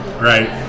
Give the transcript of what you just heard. Right